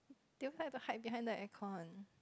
they will try to hide behind the aircon